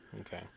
Okay